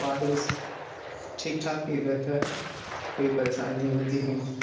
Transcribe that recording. अब पार्ट भी ठीक ठाक ही रहता है कोई परेशानी नहीं होती है हमें